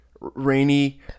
rainy